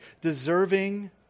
deserving